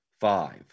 five